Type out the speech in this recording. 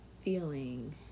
feeling